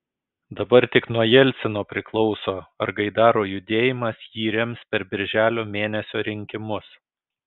dabar tik nuo jelcino priklauso ar gaidaro judėjimas jį rems per birželio mėnesio rinkimus